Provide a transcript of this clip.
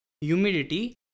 humidity